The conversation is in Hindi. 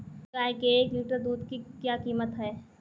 गाय के एक लीटर दूध की क्या कीमत है?